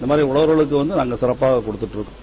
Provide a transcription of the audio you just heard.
இந்த மாதிரி உழவர்களுக்கு வந்து நாங்க சிறப்பாக கொடுத்திட்டிருக்கோம்